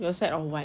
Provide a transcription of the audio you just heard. your side of [what]